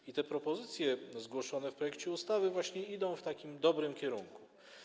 I te propozycje zgłoszone w projekcie ustawy właśnie idą w takim dobrym kierunku.